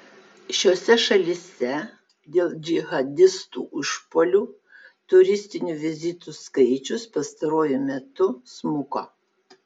šiose šalyse dėl džihadistų išpuolių turistinių vizitų skaičius pastaruoju metu smuko